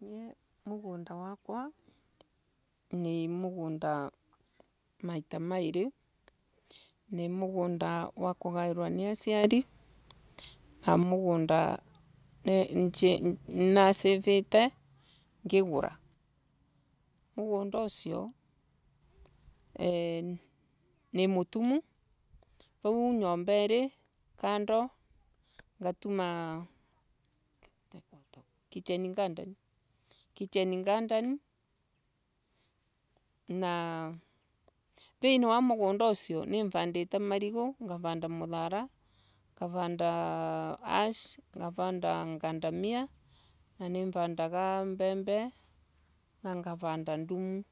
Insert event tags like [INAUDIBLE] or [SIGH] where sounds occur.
Nie mugunda wakwa. ni mugunda maito mairi ni mugunda wa kugairwa ni asiari na mugunda nji Nasivite ngigura mugunda usio [HESITATION] nimutumu vau nyomba iri kando nagtuma [NOISE] kichen nganden kichen nganden na thiini wa mugunda usio nivandite marigo ngovanda muthara ngavanda ash ngavanda ngandamia mbembe na ngavanda ndumu. [HESITATION]